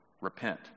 repent